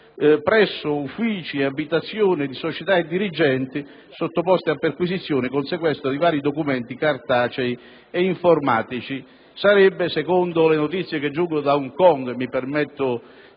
presso uffici ed abitazioni di società e dirigenti sottoposti a perquisizione con sequestro di vari documenti cartacei ed informatici. Secondo le notizie che giungono da Hong Kong (mi permetto